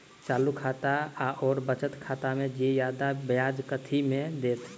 चालू खाता आओर बचत खातामे जियादा ब्याज कथी मे दैत?